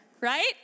Right